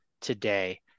today